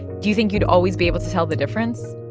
do you think you'd always be able to tell the difference?